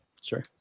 Sure